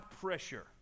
pressure